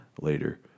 later